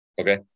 Okay